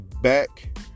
back